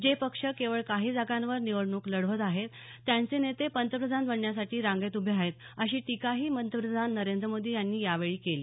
जे पक्ष केवळ काही जागांवर निवडणूक लढवत आहेत त्यांचे नेते पंतप्रधान बनण्यासाठी रांगेत उभे आहेत अशी टीकाही पंतप्रधान मोदी यांनी यावेळी केली